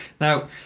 now